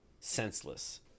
senseless